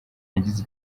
yagize